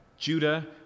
Judah